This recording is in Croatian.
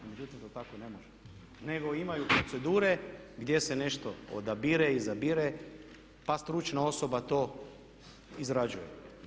No međutim, to tako ne može, nego imaju procedure gdje se nešto odabire, izabire, pa stručna osoba to izrađuje.